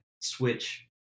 switch